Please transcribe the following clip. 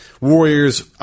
Warriors